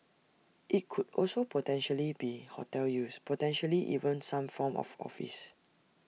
IT could also potentially be hotel use potentially even some form of office